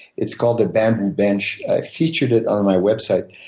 it's called a bamboo bench. i featured it on my website.